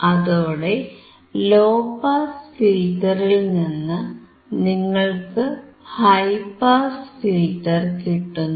അതോടെ low pass ഫിൽറ്ററിൽ നിന്ന് നിങ്ങൾക്ക് ഹൈ പാസ് ഫിൽറ്റർ കിട്ടുന്നു